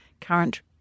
current